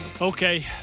Okay